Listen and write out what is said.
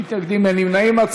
נמנעים.